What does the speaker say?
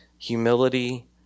humility